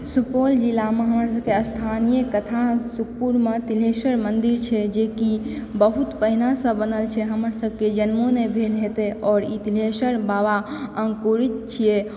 सुपौल जिलामे हमर सभके स्थानीय कथा सुखपुरमे तिलेश्वर मन्दिर छै जेकि बहुत पहिनेसँ बनल छै हमर सभके जन्मो नहि भेल हेतै आओर ई तिलेश्वर बाबा अङ्कुरित छियै